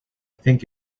think